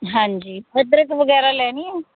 ਹਾਂਜੀ ਅਦਰਕ ਵਗੈਰਾ ਲੈਣੀ ਹੈ